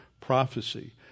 prophecy